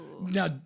Now